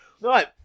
Right